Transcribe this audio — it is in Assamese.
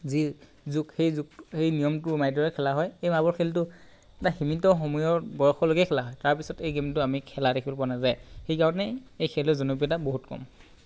যি যোগ সেই যোগ সেই নিয়মটো দৰে খেলা হয় এই মাৰ্বল খেলটো এটা সীমিত সময়ৰ বয়সলৈকে খেলা হয় তাৰপিছত এই গেমটো আমি খেলা দেখিবলৈ পোৱা নেযায় সেইকাৰণেই এই খেলটোৰ জনপ্ৰিয়তা বহুত কম